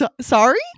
sorry